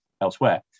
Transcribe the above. elsewhere